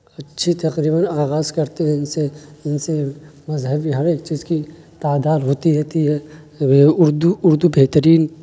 اچھی تقریباً آغاز کرتے ہیں ان سے ان سے مذہبی ہر ایک چیز کی تعداد ہوتی رہتی ہے اردو اردو بہترین